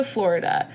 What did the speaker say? Florida